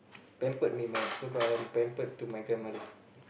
pampered me my so called I am pampered to my grandmother